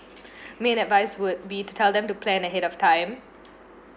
me advice would be to tell them to plan ahead of time